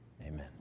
Amen